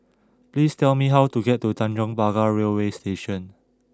please tell me how to get to Tanjong Pagar Railway Station